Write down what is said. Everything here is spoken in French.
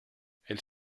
elle